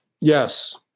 yes